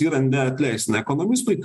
yra neatleistina ekonomistui